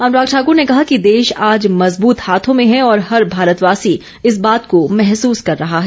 अनुराग ठाकुर ने कहा कि देश आज मज़बूत हाथों में है और हर भारतवासी इस बात को महसूस कर रहा है